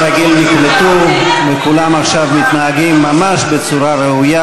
נקלטו, וכולם עכשיו מתנהגים ממש בצורה ראויה.